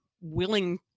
willing